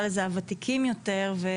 הותיקים יותר,